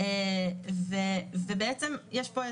בעצם אסורה למעט אישורים,